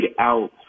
out